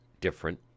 different